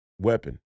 weapon